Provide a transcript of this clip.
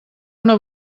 una